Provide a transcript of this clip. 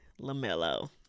LaMelo